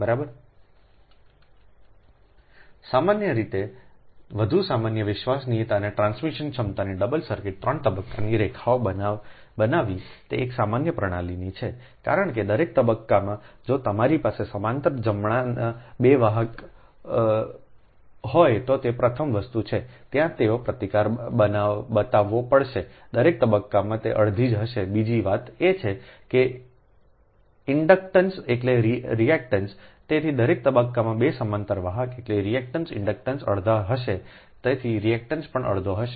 બરાબર સામાન્ય રીતે તે વધુ સામાન્ય વિશ્વસનીયતા અને ટ્રાન્સમિશન ક્ષમતાના ડબલ સર્કિટ 3 તબક્કાની રેખાઓ બનાવવી તે એક સામાન્ય પ્રણાલીનો છે કારણ કે દરેક તબક્કામાં જો તમારી પાસે સમાંતર જમણામાં 2 વાહક હોય તો તે પ્રથમ વસ્તુ છે ત્યાં તેઓએ પ્રતિકાર બતાવવો પડશે દરેક તબક્કામાં તે અડધી હશેબીજી વાત એ છે કે ઇન્ડક્ટન્સ એટલે રિએક્ટેન્સ તેથી દરેક તબક્કામાં 2 સમાંતર વાહક એટલે કે રિએક્ટન્સ ઇન્ડક્ટન્સ અડધા હશે તેથી રિએક્ટેન્સ પણ અડધો હશે